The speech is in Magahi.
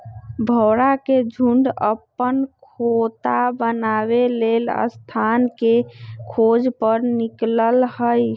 भौरा के झुण्ड अप्पन खोता बनाबे लेल स्थान के खोज पर निकलल हइ